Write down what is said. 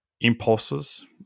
impulses